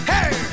Hey